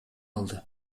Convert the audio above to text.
алды